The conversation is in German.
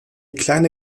kleine